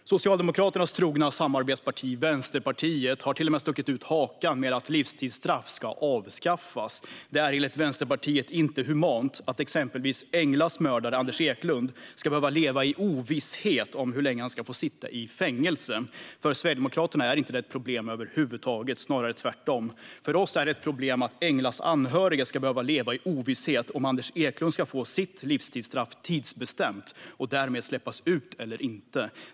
Socialdemokraternas trogna samarbetsparti Vänsterpartiet har till och med stuckit ut hakan och krävt att livstidsstraff ska avskaffas. Det är enligt Vänsterpartiet inte humant att exempelvis Englas mördare Anders Eklund ska behöva leva i ovisshet om hur länge han ska få sitta i fängelse. För Sverigedemokraterna är detta inte ett problem över huvud taget, snarare tvärtom. För oss är det ett problem att Englas anhöriga ska behöva leva i ovisshet om Anders Eklund ska få sitt livstidsstraff tidsbestämt och därmed släppas ut eller inte.